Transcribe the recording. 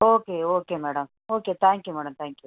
okay okay madam okay thank you madam thank you